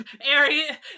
area